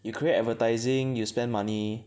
you create advertising you spend money